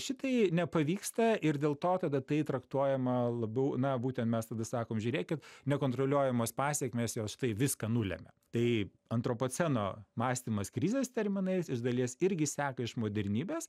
šitai nepavyksta ir dėl to tada tai traktuojama labiau na būtent mes sakom žiūrėkit nekontroliuojamos pasekmės jos štai viską nulemia tai antropoceno mąstymas krizės terminais iš dalies irgi seka iš modernybės